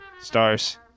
stars